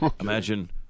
Imagine